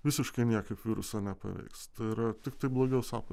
visiškai niekaip viruso nepaveiks tai yra tiktai blogiau sako